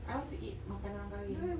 I want to eat makanan kahwin